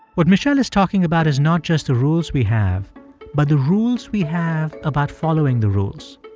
what michele is talking about is not just the rules we have but the rules we have about following the rules.